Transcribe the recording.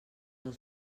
als